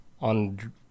On